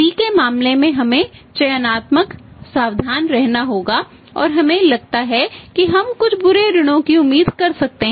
C के मामले में हमें चयनात्मक सावधान रहना होगा और हमें लगता है कि हम कुछ बुरे ऋणों की उम्मीद कर सकते हैं